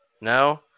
No